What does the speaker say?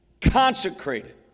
consecrated